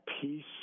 peace